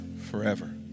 forever